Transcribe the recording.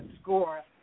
score